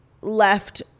left